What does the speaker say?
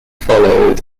followed